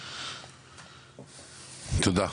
תודה.